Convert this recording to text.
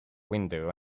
window